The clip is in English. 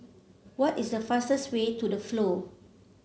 what is the fastest way to The Flow